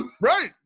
Right